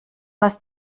was